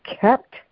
kept